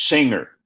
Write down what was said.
Singer